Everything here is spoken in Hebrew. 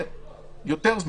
יותר זמן.